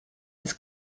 his